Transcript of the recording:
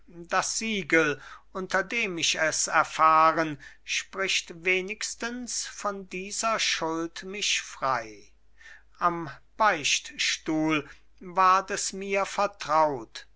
das siegel unter dem ich es erfahren spricht wenigstens von dieser schuld mich frei am beichtstuhl ward es mir vertraut